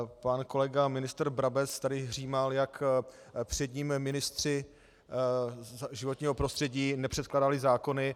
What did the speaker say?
Pan kolega ministr Brabec tady hřímal, jak před ním ministři životního prostředí nepředkládali zákony.